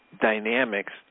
dynamics